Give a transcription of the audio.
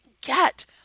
get